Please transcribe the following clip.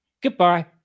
Goodbye